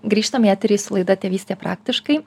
grįžtam į eterį su laida tėvystė praktiškai